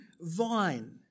vine